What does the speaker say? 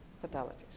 fatalities